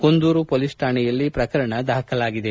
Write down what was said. Kunduru police ಕಾಣೆಯಲ್ಲಿ ಪ್ರಕರಣ ದಾಖಲಾಗಿದೆ